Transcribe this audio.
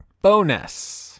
Bonus